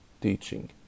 teaching